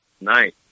Nice